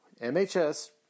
MHS